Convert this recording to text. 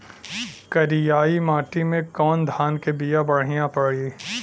करियाई माटी मे कवन धान के बिया बढ़ियां पड़ी?